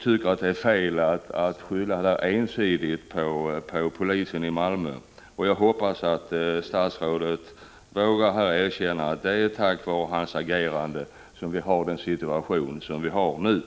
Anser statsrådet att ovan nämnda citat från tidningen Arbetet är en korrekt beskrivning av bakgrunden till den tillfälliga omplaceringen av 15 polismän i Malmö?